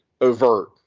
overt